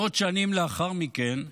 מאות שנים לאחר מכן,